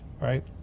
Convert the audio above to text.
right